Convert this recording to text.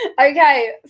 Okay